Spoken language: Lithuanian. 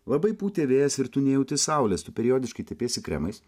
labai pūtė vėjas ir tu nejauti saulės tu periodiškai tepiesi kremais